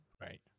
Right